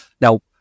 Now